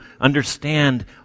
understand